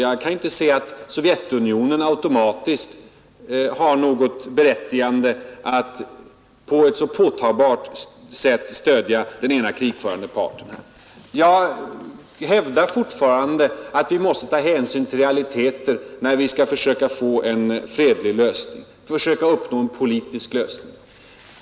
Jag kan inte se att Sovjetunionen automatiskt har något berättigande att på ett så påtagbart sätt stödja den ena krigförande parten. Jag hävdar fortfarande att vi måste ta hänsyn till realiteter, när vi skall försöka få en fredlig lösning, försöka uppnå en politisk lösning.